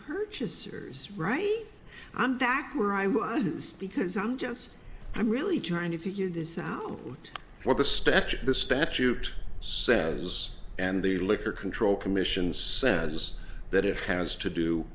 purchasers right i'm back where i was because i'm just i'm really trying to figure this out what the statute the statute says and the liquor control commission says that it has to do